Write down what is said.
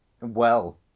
Well